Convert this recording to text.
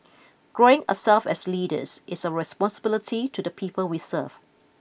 growing ourselves as leaders is our responsibility to the people we serve